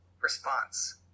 response